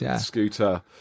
scooter